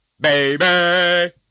Baby